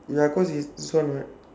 ya because it's this one what